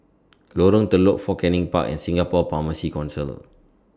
Lorong Telok Fort Canning Park and Singapore Pharmacy Council